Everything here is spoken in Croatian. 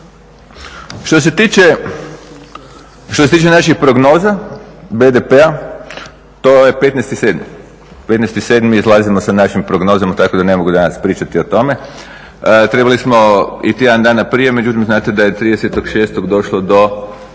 Što se tiče naših prognoza BDP-a, to je 15.7., 15.7. izlazimo sa našim prognozama tako da ne mogu danas pričati o tome. Trebali smo i tjedan dana prije, međutim znate da je 30.06. došlo do